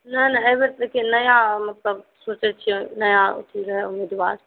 नहि नहि एहिबेर नया मतलब सोचै छीयै नया रहय उम्मीदवार